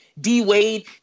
D-Wade